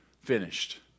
finished